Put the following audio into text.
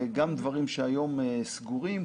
גם דברים שהיום סגורים,